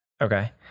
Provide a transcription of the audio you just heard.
Okay